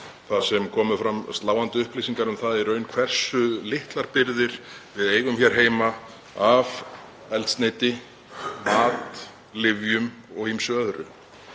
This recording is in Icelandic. þar sem komu fram sláandi upplýsingar um það hversu litlar birgðir við eigum í raun hér heima af eldsneyti, mat, lyfjum og ýmsu öðru.